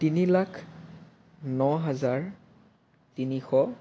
তিনি লাখ ন হাজাৰ তিনিশ